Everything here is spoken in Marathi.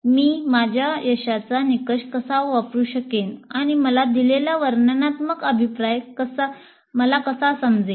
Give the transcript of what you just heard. मी माझ्या यशाचा निकष कसा वापरू शकेन आणि मला दिलेला वर्णनात्मक अभिप्राय मला कसे समजेल